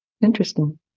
Interesting